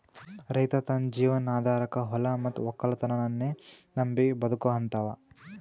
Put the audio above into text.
ರೈತ್ ತನ್ನ ಜೀವನ್ ಆಧಾರಕಾ ಹೊಲಾ ಮತ್ತ್ ವಕ್ಕಲತನನ್ನೇ ನಂಬಿ ಬದುಕಹಂತಾವ